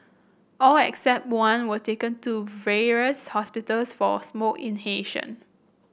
all except one were taken to various hospitals for smoke inhalation